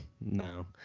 No